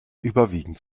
überwiegend